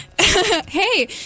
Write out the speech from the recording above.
Hey